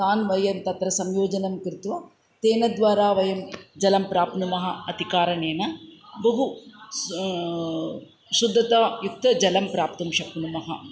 तान् वयम् तत्र संयोजनंकृत्वा तेन द्वारा वयं जलं प्राप्नुमः इति कारणेन बहु स् शुद्दतायुक्तजलं प्राप्तुं शक्नुमः